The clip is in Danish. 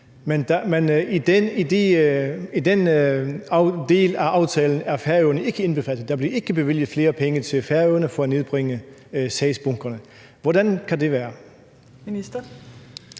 men i den del af aftalen er Færøerne ikke indbefattet; der bliver ikke bevilget flere penge til Færøerne for at nedbringe sagsbunkerne. Hvordan kan det være?